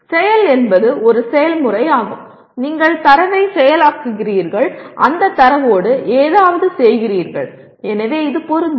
செயல் என்பது ஒரு செயல்முறையாகும் நீங்கள் தரவைச் செயலாக்குகிறீர்கள் அந்தத் தரவோடு ஏதாவது செய்கிறீர்கள் எனவே இது பொருந்தும்